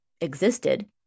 existed